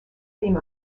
theme